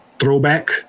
throwback